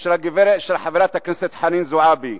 של חברת הכנסת חנין זועבי.